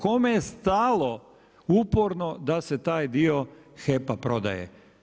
Kome je stalo uporno da se taj dio HEP-a prodaje?